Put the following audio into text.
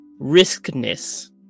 riskness